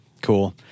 cool